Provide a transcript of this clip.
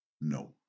No